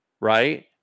right